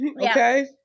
Okay